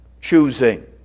choosing